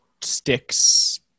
sticks